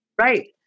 Right